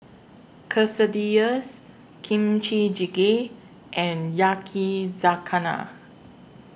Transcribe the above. Quesadillas Kimchi Jjigae and Yakizakana